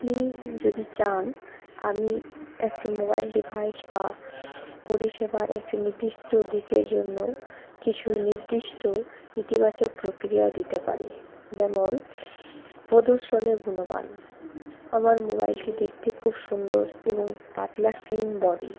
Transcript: আপনি যদি চান আমি একটি মোবাইল ডিভাইস বা পরিষেবার একটি নির্দিষ্ট দিকের জন্য কিছু নির্দিষ্ট ইতিবাচক প্রক্রিয়াও দিতে পারি যেমন প্রদর্শনের গুণবান আমার মোবাইলটি দেখতে খুব সুন্দর এবং পাতলা স্লিম বডি